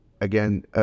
Again